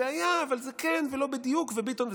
זה היה, אבל זה כן, ולא בדיוק, וביטון וזה.